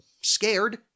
scared